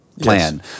plan